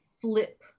flip